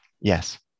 Yes